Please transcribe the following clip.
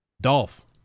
Dolph